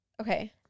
okay